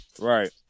Right